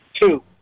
Two